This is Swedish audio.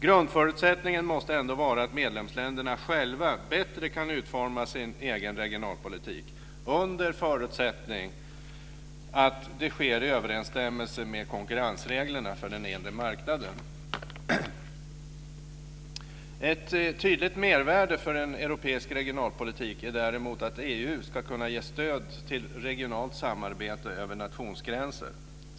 Grundförutsättningen måste ändå vara att medlemsländerna själva bättre kan utforma sin egen regionalpolitik under förutsättning att det sker i överensstämmelse med konkurrensreglerna på den inre marknaden. Ett tydligt mervärde för en europeisk regionalpolitik är däremot att EU ska kunna ge stöd till regionalt samarbete över nationsgränser.